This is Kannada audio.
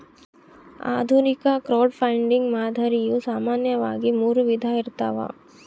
ಆಧುನಿಕ ಕ್ರೌಡ್ಫಂಡಿಂಗ್ ಮಾದರಿಯು ಸಾಮಾನ್ಯವಾಗಿ ಮೂರು ವಿಧ ಇರ್ತವ